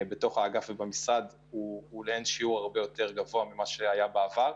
החשיפה גבוהה לאין שיעור ממה שהיה בעבר.